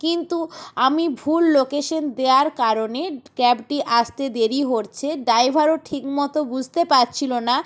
কিন্তু আমি ভুল লোকেশন দেওয়ার কারণে ক্যাবটি আসতে দেরি হচ্ছে ড্রাইভারও ঠিকমতো বুঝতে পারছিল না